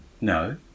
No